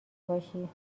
باشی